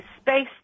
Space